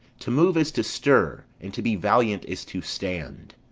to move is to stir, and to be valiant is to stand.